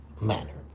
manner